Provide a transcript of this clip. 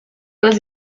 was